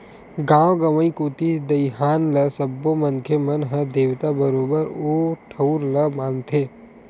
गाँव गंवई कोती दईहान ल सब्बो मनखे मन ह देवता बरोबर ओ ठउर ल मानथे